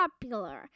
popular